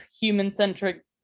human-centric